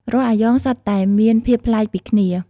រាល់អាយ៉ងសុទ្ធតែមានភាពប្លែកពីគ្នា។